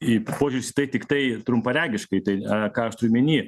į požiūris į tai tiktai trumparegiškai tai ką aš turiu omeny